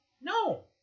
No